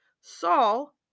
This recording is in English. Saul